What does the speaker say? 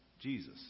Jesus